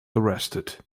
arrested